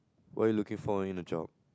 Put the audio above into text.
what are you looking for in a job